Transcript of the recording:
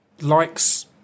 likes